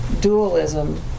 dualism